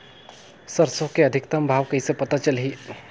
सरसो के अधिकतम भाव कइसे पता चलही?